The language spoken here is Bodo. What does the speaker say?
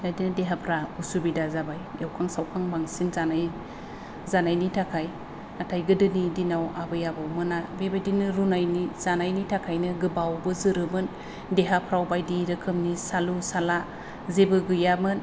बेबायदिनो देहाफ्रा असुबिदा जाबाय एउखां सावखां बांसिन जानायनि थाखाय नाथाय गोदोनि दिनाव आबै आबौमोना बेबायदिनो रुनानै जानायनि थाखायनो गोबावबो जोरोमोन देहाफ्राव बायदि रोखोमनि सालु साला जेबो गैयामोन